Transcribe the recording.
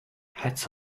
hats